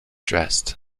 dressed